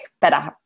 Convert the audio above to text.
better